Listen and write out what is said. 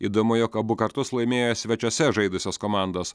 įdomu jog abu kartus laimėjo svečiuose žaidusios komandos